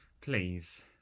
Please